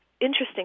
interesting